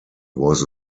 was